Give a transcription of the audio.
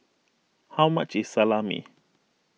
how much is Salami